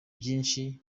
byinshi